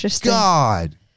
God